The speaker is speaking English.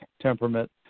temperament